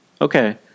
okay